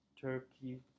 Turkey